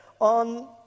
on